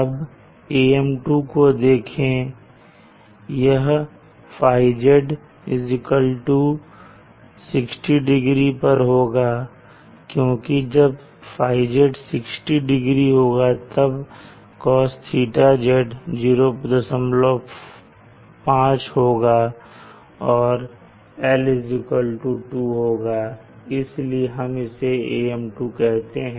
अब AM2 को देखें यह θz60 डिग्री पर होगा क्योंकि जब θz60 डिग्री होगा तब cos θz 05 होगा और l2 होगा इसीलिए हम इसे AM2 कहते हैं